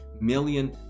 million